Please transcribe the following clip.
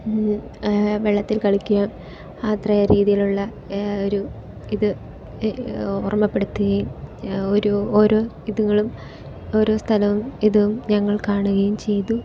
വെള്ളത്തിൽ കളിക്കുകയും അത്ര രീതിയിലുള്ള ഒരു ഇത് ഓർമ്മപ്പെടുത്തുകയും ഒരു ഓരോ ഇതുകളും ഓരോ സ്ഥലവും ഇതും ഞങ്ങൾ കാണുകയും ചെയ്തു